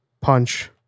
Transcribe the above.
Punch